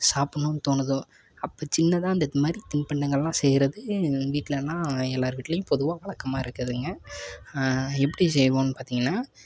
சாப்பிட்ணுன்னு தோணுதோ அப்போ சின்னதாக இந்த மாதிரி தின்பண்டங்களெலாம் செய்கிறது எங்கள் வீட்லெலாம் எல்லாேரு வீட்டிலையும் பொதுவாக வழக்கமா இருக்குதுங்க எப்படி செய்வோம்னு பார்த்தீங்கன்னா